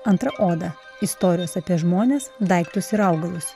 antra oda istorijos apie žmones daiktus ir augalus